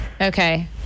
okay